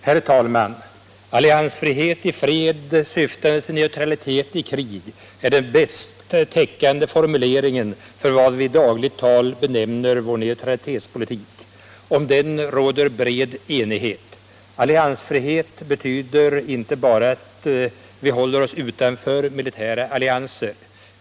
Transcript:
Herr talman! Alliansfrihet i fred syftande till neutralitet i krig är den bäst täckande formuleringen för vad vi i dagligt tal benämner vår neutralitetspolitik. Om den råder bred enighet. Alliansfrihet betyder inte bara att vi håller oss utanför militära allianser.